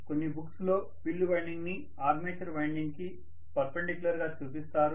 కొన్ని బుక్స్ లో field winding ని ఆర్మేచర్ వైండింగ్ కి పర్పెండిక్యులర్గా చూపిస్తారు